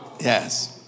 Yes